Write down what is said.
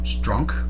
drunk